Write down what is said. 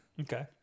Okay